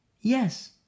Yes